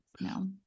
no